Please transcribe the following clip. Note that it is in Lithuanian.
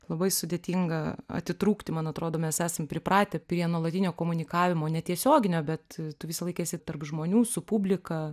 labai sudėtinga atitrūkti man atrodo mes esam pripratę prie nuolatinio komunikavimo netiesioginio bet tu visą laiką esi tarp žmonių su publika